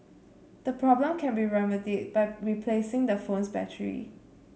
the problem can be remedied by replacing the phone's battery